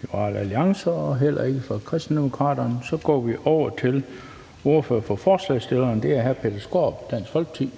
Liberal Alliance og heller ikke fra Kristendemokraterne, så vi går over til ordføreren for forslagsstillerne, og det er hr. Peter Skaarup, Dansk Folkeparti.